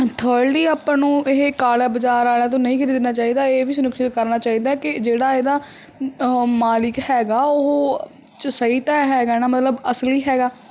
third ਹੀ ਆਪਾਂ ਨੂੰ ਇਹ ਕਾਲਾ ਬਾਜ਼ਾਰ ਆਲਿਆਂ ਤੋਂ ਨਹੀਂ ਖਰੀਦਣਾ ਚਾਹੀਦਾ ਇਹ ਵੀ ਸੁਨਿਕਸ਼ਿਤ ਕਰਨਾ ਚਾਹੀਦਾ ਕਿ ਜਿਹੜਾ ਇਹਦਾ ਮਾਲਿਕ ਹੈਗਾ ਉਹ ਚ ਸਹੀ ਤਾਂ ਹੈਗਾ ਨਾ ਮਤਲਬ ਅਸਲੀ ਹੈਗਾ